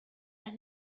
las